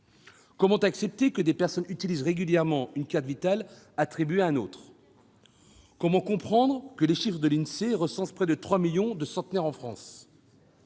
Comment accepter que des personnes utilisent régulièrement une carte Vitale attribuée à une autre ? Comment comprendre que l'Insee recense près de 3 millions de centenaires en France ?